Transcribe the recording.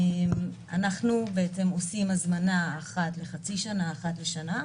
אנחנו עושים הזמנה אחת לחצי שנה, אחת לשנה.